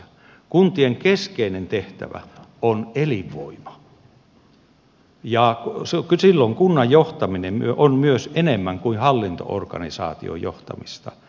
kuntien keskeinen tehtävä on elinvoima ja silloin kunnan johtaminen on myös enemmän kuin hallinto organisaation johtamista